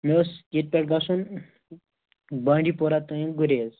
مےٚ اوس ییٚتہِ پٮ۪ٹھٕ گژھُن بانڈی پورہ تانۍ گُریز